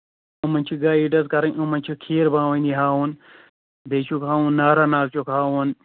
یِمن چھِ گایِڈ حظ کَرٕنۍ یِمَن چھِ کھیٖر بھوٲنی ہاوُن بیٚیہِ چھُکھ ہاوُن نارا ناگ چھُکھ ہاوُن